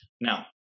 Now